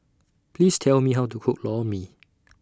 Please Tell Me How to Cook Lor Mee